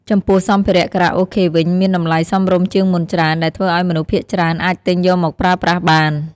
ចំពោះសម្ភារៈខារ៉ាអូខេវិញ មានតម្លៃសមរម្យជាងមុនច្រើន ដែលធ្វើឱ្យមនុស្សភាគច្រើនអាចទិញយកមកប្រើប្រាស់បាន។